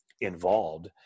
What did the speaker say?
involved